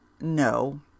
No